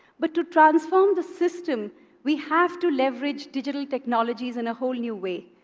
but to transform the system we have to leverage digital technologies in a whole new way.